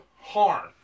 harm